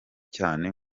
cyane